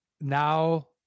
now